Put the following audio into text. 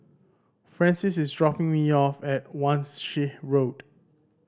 Francis is dropping me off at Wan Shih Road